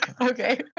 okay